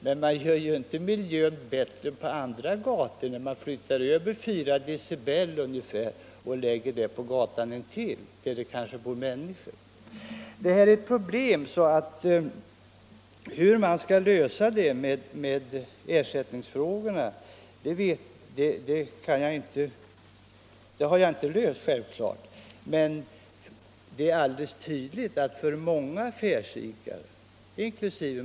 Men man gör inte miljön bättre genom att flytta över låt oss säga fyra decibel till andra gator där det kanske bor människor. Hur man skall lösa ersättningsfrågorna vet jag inte, men det är alldeles tydligt att för många affärsidkare inkl.